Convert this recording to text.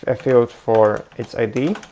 a field for its id,